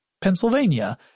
Pennsylvania